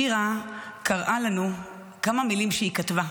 שירה קראה לנו כמה מילים שהיא כתבה,